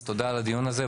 אז תודה על הדיון הזה,